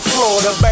Florida